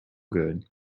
good